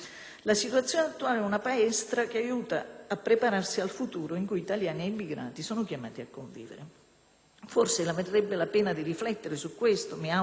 Forse varrebbe la pena di riflettere su questo e mi auguro che la maggioranza lo faccia, ritirando quelle norme inefficaci per la sicurezza e inutilmente lesive di diritti.